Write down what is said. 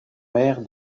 mère